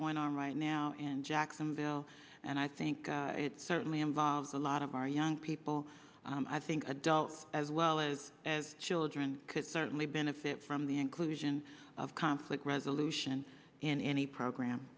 going on right now and jacksonville and i think it certainly involves a lot of our young people i think adults as well as as children could certainly benefit from the inclusion of conflict resolution in any program